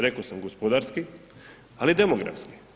Reko sam gospodarski, ali i demografski.